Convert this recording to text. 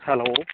hello